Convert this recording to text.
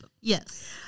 yes